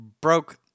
broke